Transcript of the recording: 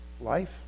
life